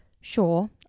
Sure